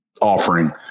offering